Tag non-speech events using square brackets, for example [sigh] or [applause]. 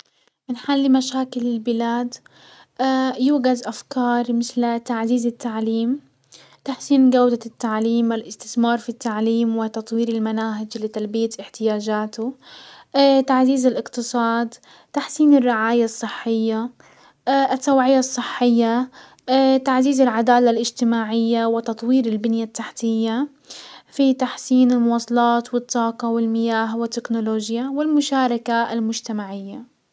منحل لمشاكل البلاد [hesitation] يوجد افكار مسل تعزيز التعليم، تحسين جودة التعليم والاستسمار في التعليم وتطوير المناهج لتلبية احتياجاته، [hesitation] تعزيز الاقتصاد تحسين الرعاية الصحية، [hesitation] التوعية الصحية، [hesitation] تعزيز العدالة الاجتماعية وتطوير البنية التحتية في تحسين المواصلات والطاقة والمياه والتكنولوجيا والمشاركة المجتمعية.